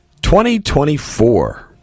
2024